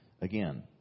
Again